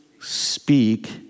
speak